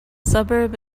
suburb